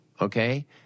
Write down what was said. okay